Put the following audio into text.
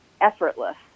effortless